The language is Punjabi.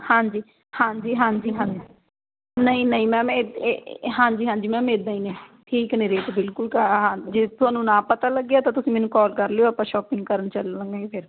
ਹਾਂਜੀ ਹਾਂਜੀ ਹਾਂਜੀ ਹਾਂਜੀ ਨਹੀਂ ਨਹੀਂ ਮੈਮ ਇਹ ਇਹ ਹਾਂਜੀ ਹਾਂਜੀ ਮੈਮ ਇੱਦਾਂ ਹੀ ਨੇ ਠੀਕ ਨੇ ਰੇਟ ਬਿਲਕੁਲ ਜੇ ਤੁਹਾਨੂੰ ਨਾ ਪਤਾ ਲੱਗਿਆ ਤਾਂ ਤੁਸੀਂ ਮੈਨੂੰ ਕੋਲ ਕਰ ਲਿਓ ਆਪਾਂ ਸ਼ੋਪਿੰਗ ਕਰਨ ਚੱਲੂਗੇ ਜੀ ਫਿਰ